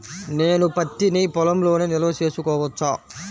నేను పత్తి నీ పొలంలోనే నిల్వ చేసుకోవచ్చా?